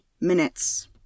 minutes